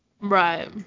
Right